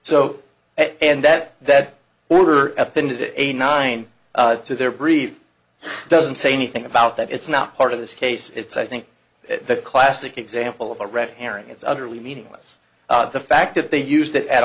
it and that that order epona to a nine to their brief doesn't say anything about that it's not part of this case it's i think that classic example of a red herring it's utterly meaningless the fact that they used it at